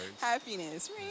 Happiness